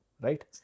Right